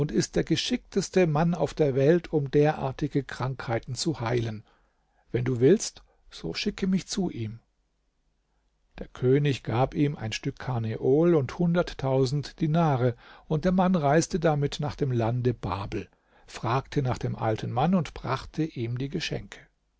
ist der geschickteste mann auf der welt um derartige krankheiten zu heilen wenn du willst so schicke mich zu ihm der könig gab ihm ein stück karneol und hunderttausend dinare und der mann reiste damit nach dem lande babel fragte nach dem alten mann und brachte ihm die geschenke